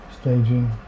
staging